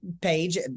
page